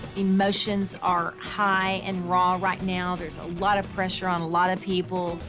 emotions are high and raw right now, there's a lot of pressure on a lot of people.